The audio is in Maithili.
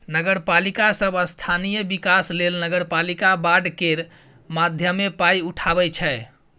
नगरपालिका सब स्थानीय बिकास लेल नगरपालिका बॉड केर माध्यमे पाइ उठाबै छै